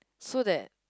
so that